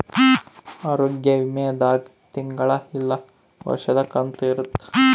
ಆರೋಗ್ಯ ವಿಮೆ ದಾಗ ತಿಂಗಳ ಇಲ್ಲ ವರ್ಷದ ಕಂತು ಇರುತ್ತ